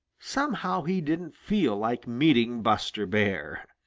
somehow, he didn't feel like meeting buster bear.